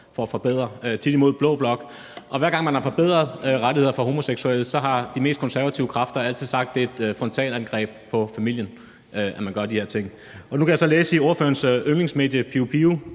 for at forbedre ting, tit imod blå blok. Og hver gang man har forbedret rettigheder for homoseksuelle, har de mest konservative kræfter altid sagt, at det er et frontalangreb på familien, at man gør de her ting. Og nu kan jeg så læse i ordførerens yndlingsmedie Netavisen